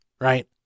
right